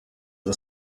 are